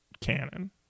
canon